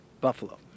Buffalo